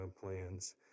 plans